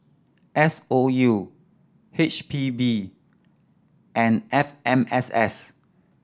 S O U H P B and F M S S